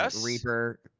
Reaper